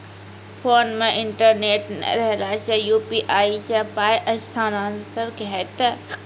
Phone मे internet नै रहला सॅ, यु.पी.आई सॅ पाय स्थानांतरण हेतै?